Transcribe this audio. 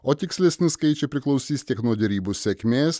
o tikslesni skaičiai priklausys tik nuo derybų sėkmės